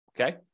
Okay